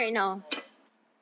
oh